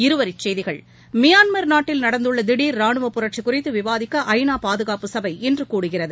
இருவரிச்செய்திகள் மியான்மர் நாட்டில் நடந்துள்ள திடர் ரானுவப்புரட்சி குறித்து விவாதிக்க ஐநா பாதுகாப்புச்சபை இன்று கூடுகிறது